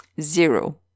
Zero